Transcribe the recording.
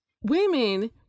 women